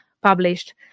published